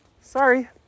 sorry